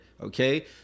okay